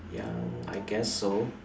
ya I guess so